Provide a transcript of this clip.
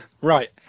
Right